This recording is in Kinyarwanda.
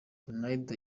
ronaldo